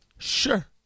sure